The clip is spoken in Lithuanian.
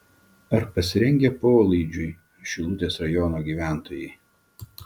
ar pasirengę polaidžiui šilutės rajono gyventojai